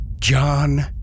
John